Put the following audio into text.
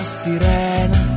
sirena